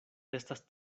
estas